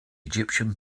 egyptian